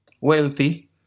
wealthy